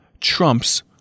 trumps